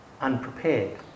unprepared